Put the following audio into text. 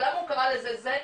ולמה הוא קרא לזה זה.